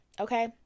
okay